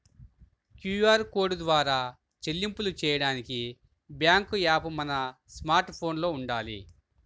QR code ద్వారా చెల్లింపులు చెయ్యడానికి బ్యేంకు యాప్ మన స్మార్ట్ ఫోన్లో వుండాలి